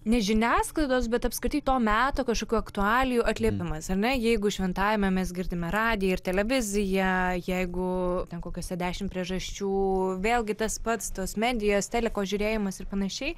ne žiniasklaidos bet apskritai to meto kažkokių aktualijų atliepimas ar ne jeigu šventajame mes girdime radiją ir televiziją jeigu ten kokiose dešim priežasčių vėlgi tas pats tos medijos teliko žiūrėjimas ir panašiai